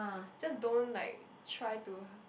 just don't like try to